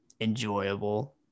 enjoyable